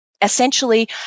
essentially